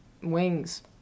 Wings